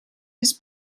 was